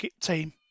team